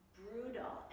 brutal